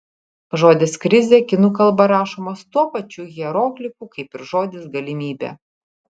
žodis krizė kinų kalba rašomas tuo pačiu hieroglifu kaip ir žodis galimybė